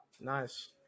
Nice